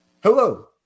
Hello